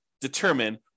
determine